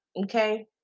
okay